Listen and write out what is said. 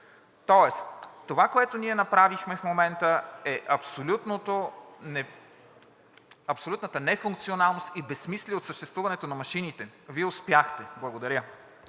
Тоест това, което ние направихме в момента, е абсолютната нефункционалност и безсмислие от съществуването на машините. Вие успяхте! Благодаря.